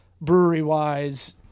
brewery-wise